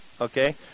Okay